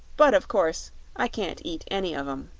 but of course i can't eat any of em.